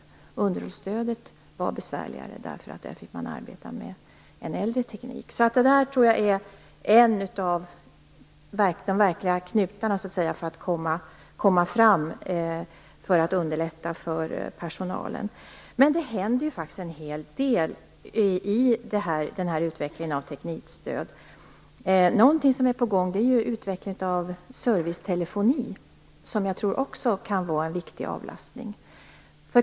I fråga om underhållsstödet var det besvärligare därför att man fick arbeta med en äldre teknik. Så det tror jag är en av de verkliga knutarna för att underlätta för personalen. Det händer faktiskt en hel del i utvecklingen av teknikstöd. Någonting som är på gång är utvecklingen av servicetelefoni. Det tror jag också kan vara en viktig avlastning.